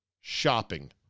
shopping